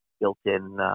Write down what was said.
built-in